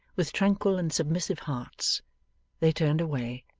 with tranquil and submissive hearts they turned away,